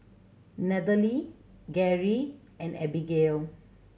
Nathaly Geri and Abigayle